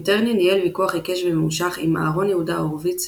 מיטרני ניהל ויכוח עיקש וממושך עם אהרון יהודה הורוביץ,